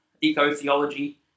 eco-theology